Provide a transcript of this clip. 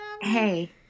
Hey